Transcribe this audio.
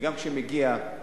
וגם כשמגיע,